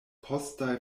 postaj